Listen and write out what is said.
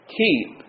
keep